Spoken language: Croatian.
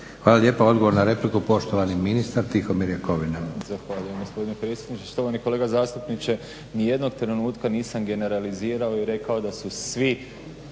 Hvala lijepa. Odgovor na repliku, poštovani ministar Tihomir Jakovina.